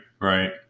right